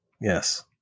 yes